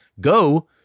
go